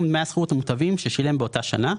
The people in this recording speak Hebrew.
דמי השכירות המוטבים ששילם באותה שנה,